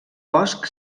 bosc